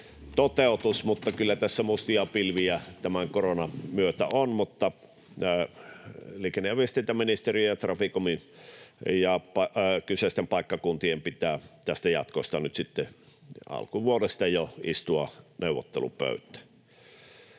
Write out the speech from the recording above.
toteutuisi, mutta kyllä tässä mustia pilviä tämän koronan myötä on. Mutta liikenne- ja viestintäministeriön, Traficomin ja kyseisten paikkakuntien pitää tästä jatkosta nyt sitten jo alkuvuodesta istua neuvottelupöytään.